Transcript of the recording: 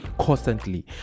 constantly